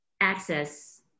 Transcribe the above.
access